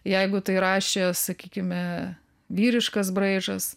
jeigu tai rašė sakykime vyriškas braižas